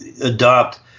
adopt